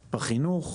בחינוך,